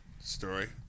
story